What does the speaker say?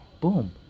Boom